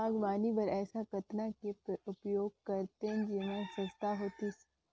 बागवानी बर ऐसा कतना के उपयोग करतेन जेमन सस्ता होतीस?